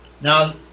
now